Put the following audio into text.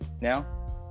now